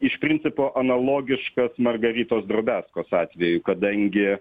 iš principo analogiškas margaritos drobiazkos atveju kadangi